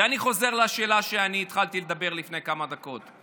ואני חוזר לשאלה שהתחלתי לדבר עליה לפני כמה דקות.